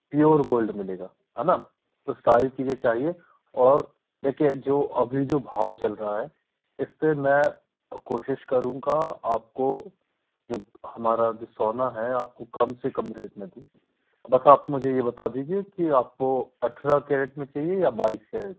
pure gold मिलेगा है ना तो सारी चीज़ें चाहिए और देखिए जो अभी जो भाव चल रहा है इस पर मैं कोशिस करूँगा आपको जो हमारा जो सोना है आपको कम से कम रेट में दूँ बस आप मुझे ये बता दीजिए कि आपको अट्ठारह कैरेट में चाहिए या बाईस कैरेट